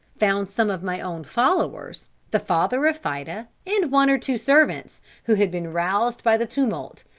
found some of my own followers, the father of fida, and one or two servants, who had been roused by the tumult,